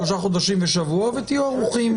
שלושה חודשים ושבוע ותהיו ערוכים.